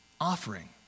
offering